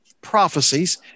prophecies